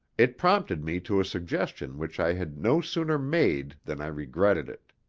it prompted me to a suggestion which i had no sooner made than i regretted it.